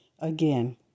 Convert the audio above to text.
again